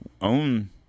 own